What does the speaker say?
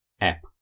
app